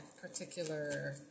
particular